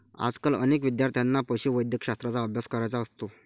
आजकाल अनेक विद्यार्थ्यांना पशुवैद्यकशास्त्राचा अभ्यास करायचा असतो